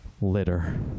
litter